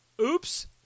Oops